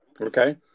Okay